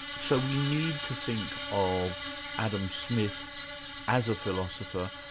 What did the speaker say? so we need to think of adam smith as a philosopher,